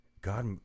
God